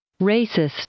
Racist